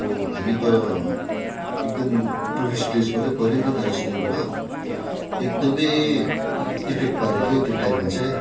अब हामी त एकदम टुरिस्ट प्लेसबाटै पर्यो नि त दार्जिलिङबाट एकदम इफेक्ट पारेको थियो त्यो टाइममा चाहिँ